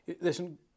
Listen